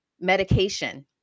medication